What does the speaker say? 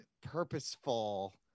purposeful